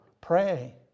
Pray